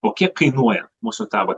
o kiek kainuoja mūsų ta va